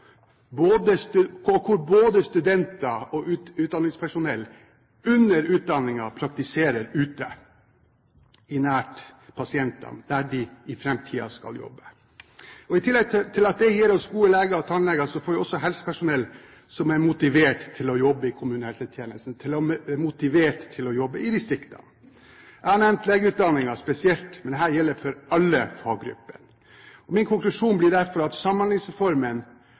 hvor både studenter og utdanningspersonell under utdanningen praktiserer ute, nær pasientene, der de i framtiden skal jobbe. I tillegg til at dette gir oss gode leger og tannleger, får vi også helsepersonell som er motivert til å jobbe i kommunehelsetjenesten, motivert til å jobbe i distriktene. Jeg har nevnt legeutdanningen spesielt, men dette gjelder for alle faggrupper. Min konklusjon blir derfor at Samhandlingsreformen